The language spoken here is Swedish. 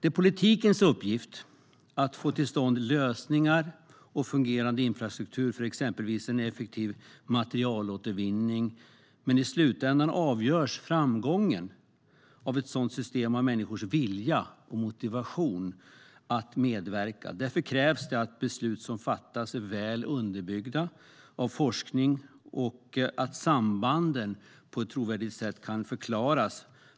Det är politikens uppgift att få till stånd lösningar och en fungerande infrastruktur för exempelvis en effektiv materialåtervinning. Men i slutänden avgörs framgången i ett sådant system av människors vilja och motivation att medverka. Därför krävs det att de beslut som fattas är väl underbyggda av forskning och att sambanden kan förklaras på ett trovärdigt sätt